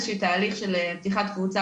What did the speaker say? יש תהליך של פתיחת קבוצה,